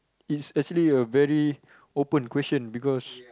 is actually a very open question because